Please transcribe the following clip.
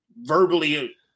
verbally